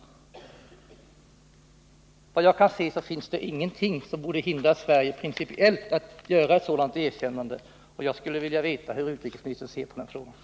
Såvitt jag förstår finns det ingenting som behöver hindra Sverige att principiellt göra ett erkännande, och jag skulle vilja veta hur utrikesministern ser på den här frågan.